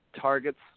targets